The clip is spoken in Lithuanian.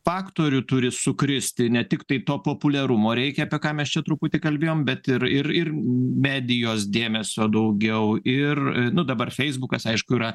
faktorių turi sukristi ne tiktai to populiarumo reikia apie ką mes čia truputį kalbėjom bet ir ir medijos dėmesio daugiau ir nu dabar feisbukas aišku yra